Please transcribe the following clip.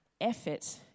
effort